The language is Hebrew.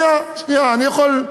שנייה, שנייה.